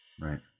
Right